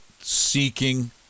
seeking